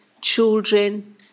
children